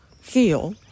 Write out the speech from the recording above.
Feel